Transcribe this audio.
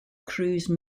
cruise